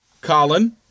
Colin